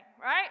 right